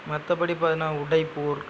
மற்றப்படி பார்த்தீனா உதைப்பூர்